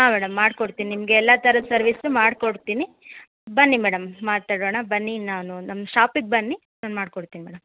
ಹಾಂ ಮೇಡಮ್ ಮಾಡ್ಕೊಡ್ತೀನಿ ನಿಮ್ಗೆ ಎಲ್ಲ ಥರದ ಸರ್ವೀಸೂ ಮಾಡ್ಕೊಡ್ತೀನಿ ಬನ್ನಿ ಮೇಡಮ್ ಮಾತಾಡೋಣ ಬನ್ನಿ ನಾನು ನಮ್ಮ ಶಾಪಿಗೆ ಬನ್ನಿ ನಾನು ಮಾಡ್ಕೊಡ್ತೀನಿ ಮೇಡಮ್